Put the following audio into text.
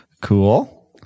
Cool